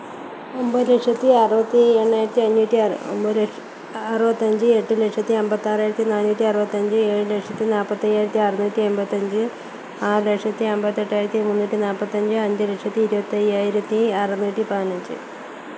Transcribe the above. ഒമ്പത് ലക്ഷത്തി അറുപത്തി എണ്ണായിരത്തി അഞ്ഞൂറ്റി ആറ് ഒമ്പത് ലഷ്ക്ഷത്തി ആ അറുപത്തഞ്ച് എട്ട് ലക്ഷത്തി അമ്പത്താറായിരത്തി നാന്നൂറ്റി അറുപത്തഞ്ച് ഏഴ് ലക്ഷത്തി നാല്പത്തയ്യായിരത്തി അറുന്നൂറ്റി എമ്പത്തഞ്ച് ആറ് ലക്ഷത്തി അമ്പത്തെട്ടായിരത്തി മുന്നൂറ്റി നാല്പത്തഞ്ച് അഞ്ച് ലക്ഷത്തി ഇരുപത്തയ്യായിരത്തി അറുന്നൂറ്റിപ്പതിനഞ്ച്